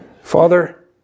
Father